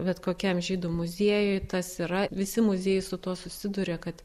bet kokiam žydų muziejui tas yra visi muziejai su tuo susiduria kad